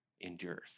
endures